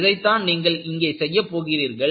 இதைத்தான் நீங்கள் இங்கே செய்யப் போகிறீர்கள்